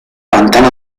pantano